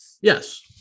Yes